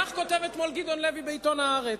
וכך כתב אתמול גדעון לוי בעיתון "הארץ".